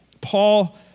Paul